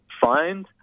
fined